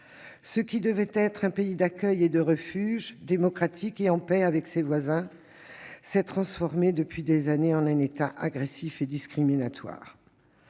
Ce qui devait être un pays d'accueil et de refuge, démocratique et en paix avec ses voisins, s'est transformé depuis des années en un État agressif et discriminatoire.